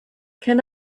can